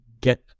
get